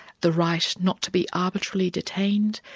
the right not to be arbitrarily detained,